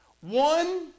One